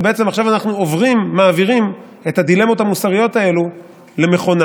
ובעצם עכשיו אנחנו מעבירים את הדילמות המוסריות האלה למכונה.